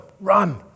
Run